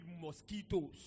mosquitoes